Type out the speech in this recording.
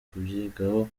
kubyigaho